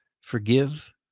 Forgive